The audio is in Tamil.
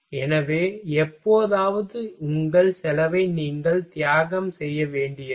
எனவே எப்போதாவது உங்கள் செலவை நீங்கள் தியாகம் செய்ய வேண்டியிருக்கும்